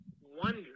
wonder